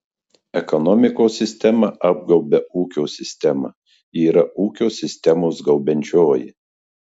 ekonomikos sistema apgaubia ūkio sistemą ji yra ūkio sistemos gaubiančioji